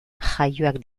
jaioak